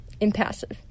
impassive